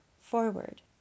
forward